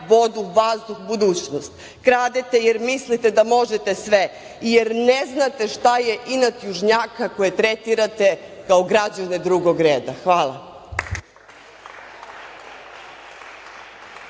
vodu, vazduh, budućnost. Kradete jer mislite da možete sve, jer ne znate šta je inat južnjaka koje tretirate kao građane drugog reda. Hvala.